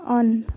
on